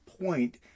point